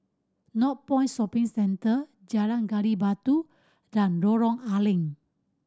Northpoint Shopping Centre Jalan Gali Batu and Lorong A Leng